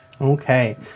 Okay